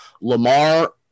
Lamar